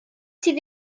sydd